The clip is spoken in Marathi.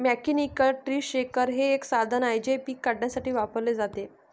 मेकॅनिकल ट्री शेकर हे एक साधन आहे जे पिके काढण्यासाठी वापरले जाते